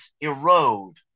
erode